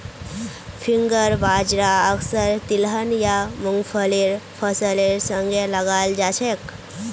finger बाजरा अक्सर तिलहन या मुंगफलीर फसलेर संगे लगाल जाछेक